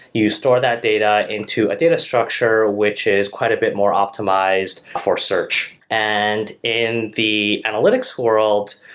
you store that data into a data structure, which is quite a bit more optimized for search. and in the analytics world,